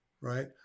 right